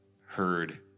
heard